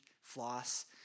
floss